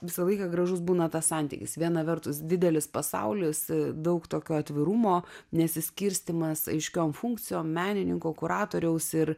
visą laiką gražus būna tas santykis viena vertus didelis pasaulis daug tokio atvirumo nesiskirstymas aiškiom funkcijom menininko kuratoriaus ir